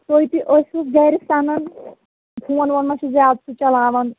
تُہۍ تہِ ٲسۍوُس گَرِ سَنان فون وون مےٚ چھُ زیادٕ سُہ چَلاوان